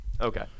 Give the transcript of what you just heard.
Okay